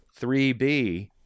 3B